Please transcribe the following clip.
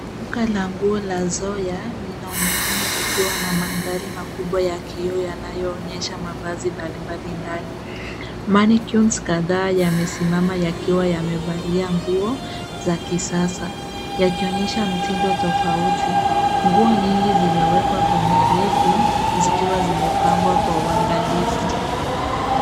Duka la nguo la Zoya linaonekana likiwa na mandhari makubwa ya kioo yanayoonyesha mavazi mbalimbali ndani. manikwins kadhaa yamesimama yakiwa yamevalia nguo za kisasa, yakionyesha mitindo tofauti. nguo nyingi zimewekwa kwenye reki zkiwa zimepangwa kwa uangalifu.